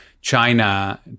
China